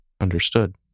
Understood